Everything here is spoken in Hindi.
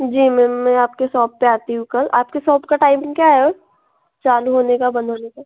जी मेम मैं आपके सोप पर आती हूँ कल आपके सोप का टाइमिंग क्या है चालू होने का बंद होने का